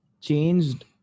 changed